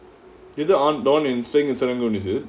எது:ethu on on staying in serangoon is it